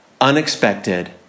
unexpected